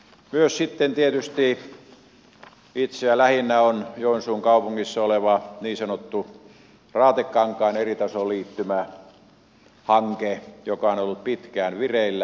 sitten tietysti itseä lähinnä on joensuun kaupungissa oleva niin sanottu raatekankaan eritasoliittymähanke joka on ollut pitkään vireillä